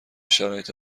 شرایط